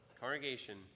Congregation